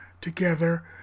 together